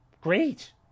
great